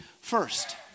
first